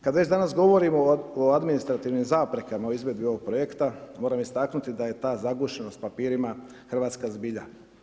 Kad već danas govorimo o administrativnim zaprekama o izvedbi ovog projekta, moram istaknuti da je ta zagušenost papirima hrvatska zbilja.